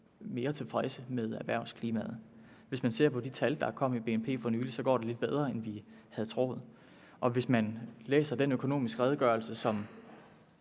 mere tilfredse med erhvervsklimaet. Hvis man ser på de tal, der kom for BNP for nylig, vil man se, at det går lidt bedre, end vi havde troet, og hvis man læser den økonomiske redegørelse, som